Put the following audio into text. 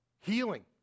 Healing